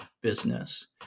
business